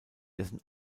dessen